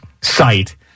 site